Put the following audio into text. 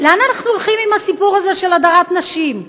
לאן אנחנו הולכים עם הסיפור הזה של הדרת נשים?